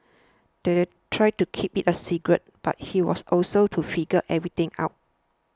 they tried to keep it a secret but he was also to figure everything out